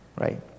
right